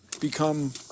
become